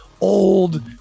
old